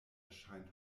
erscheint